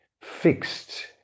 fixed